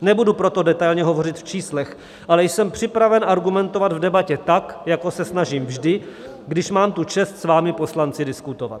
Nebudu proto detailně hovořit v číslech, ale jsem připraven argumentovat v debatě tak, jako se snažím vždy, když mám tu čest s vámi poslanci diskutovat.